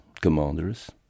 commanders